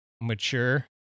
mature